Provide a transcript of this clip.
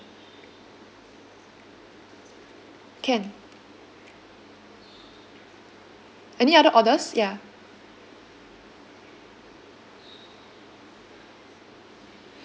can any other orders ya